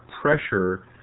pressure